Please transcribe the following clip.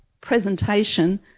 presentation